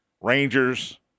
Rangers